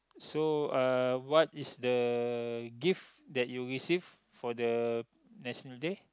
so uh what is the gift that you received for the National-Day